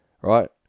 Right